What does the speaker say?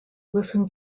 listen